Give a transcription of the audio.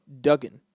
Duggan